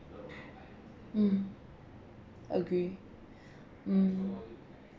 mm agree mm